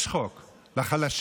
יש חוק לחלשים,